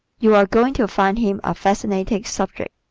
you are going to find him a fascinating subject.